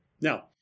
Now